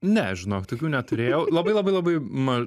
ne žinok tokių neturėjau labai labai labai ma